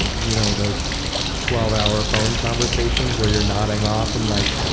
you know those twelve hour phone conversations where you're nodding off, and like,